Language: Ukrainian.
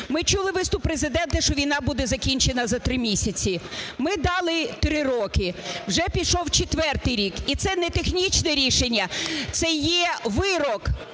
ми чули виступ Президента, що війна буде закінчена за три місяці. Ми дали три роки, вже пішов четвертий рік. І це не технічне рішення, це є вирок